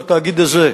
לתאגיד הזה.